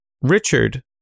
Richard